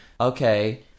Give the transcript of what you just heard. Okay